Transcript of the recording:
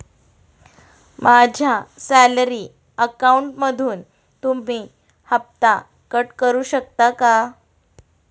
माझ्या सॅलरी अकाउंटमधून तुम्ही हफ्ता कट करू शकता का?